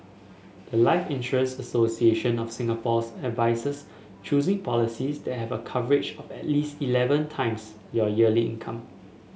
the life Insurance Association of Singapore's advises choosing policies that have a coverage of at least eleven times your yearly income